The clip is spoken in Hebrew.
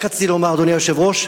רק רציתי לומר, אדוני היושב-ראש: